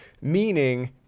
Meaning